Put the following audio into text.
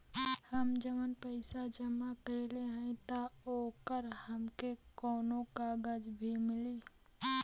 हम जवन पैसा जमा कइले हई त ओकर हमके कौनो कागज भी मिली?